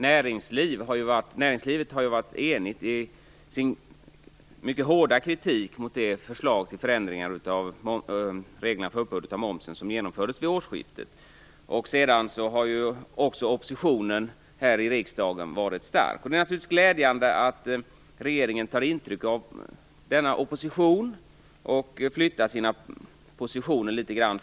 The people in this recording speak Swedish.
Näringslivet har ju varit enigt i sin mycket hårda kritik mot det förslag till förändringar av reglerna för uppbörd av moms som genomfördes vid årsskiftet. Även oppositionen här i riksdagen har varit stark. Det är naturligtvis glädjande att regeringen tar intryck av denna opposition och flyttar sina positioner litet grand.